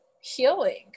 healing